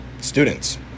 students